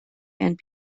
and